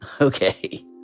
Okay